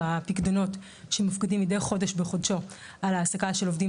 הפיקדונות שמופקדים מידי חודש בחודשו על העסקה של עובדים